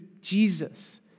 Jesus